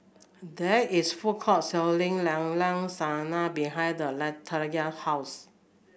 there is a food court selling Llao Llao Sanum behind the Latanya house